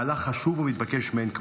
מהלך חשוב ומתבקש מאין כמותו.